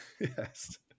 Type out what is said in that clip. Yes